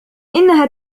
إنها